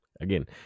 again